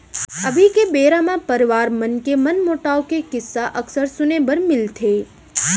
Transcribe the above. अभी के बेरा म परवार मन के मनमोटाव के किस्सा अक्सर सुने बर मिलथे